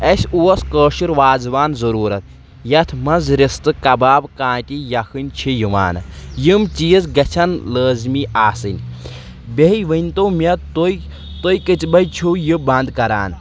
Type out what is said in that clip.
اسہِ اوس کٲشُر وازٕ وان ضروٗرت یتھ منٛز رِستہٕ کباب کانتی یکھٕنۍ چھِ یِوان یِم چیٖز گژھَن لٲزمی آسِنۍ بیٚیہِ ؤنۍ تو مےٚ تُہۍ تُہۍ کٔژِ بجہِ چھِو یہِ بند کران